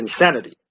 insanity